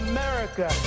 America